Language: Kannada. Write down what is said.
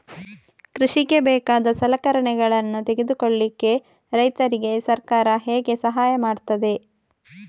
ಕೃಷಿಗೆ ಬೇಕಾದ ಸಲಕರಣೆಗಳನ್ನು ತೆಗೆದುಕೊಳ್ಳಿಕೆ ರೈತರಿಗೆ ಸರ್ಕಾರ ಹೇಗೆ ಸಹಾಯ ಮಾಡ್ತದೆ?